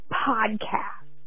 podcast